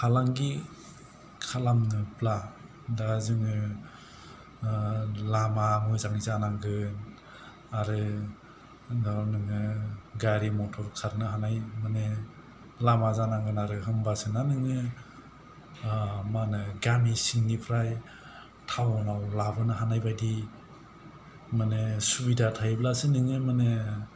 फालांगि खालामनोब्ला दा जोङो ओ लामा मोजाङै जानांगोन आरो उनाव नोङो गारि मथर खारनो हानाय माने लामा जानांगोन आरो होम्बासो ना नोङो ओ मा होनो गामि सिंनिफ्राय थाउनाव लाबोनो हानाय बायदि माने सुबिदा थायोब्लासो नोङो माने